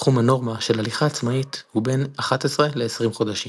תחום הנורמה של הליכה עצמאית הוא בין 11–20 חודשים.